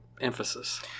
emphasis